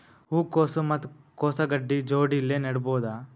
ಹೂ ಕೊಸು ಮತ್ ಕೊಸ ಗಡ್ಡಿ ಜೋಡಿಲ್ಲೆ ನೇಡಬಹ್ದ?